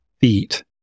feet